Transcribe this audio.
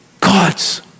God's